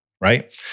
right